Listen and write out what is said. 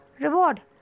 reward